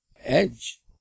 Edge